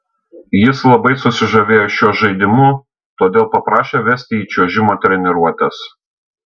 jis labai susižavėjo šiuo žaidimu todėl paprašė vesti į čiuožimo treniruotes